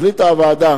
החליטה הוועדה